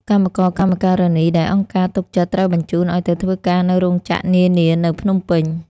កម្មករ កម្មការនី ដែលអង្គការទុកចិត្តត្រូវបញ្ជូនឱ្យទៅធ្វើការនៅរោងចក្រនានានៅភ្នំពេញ។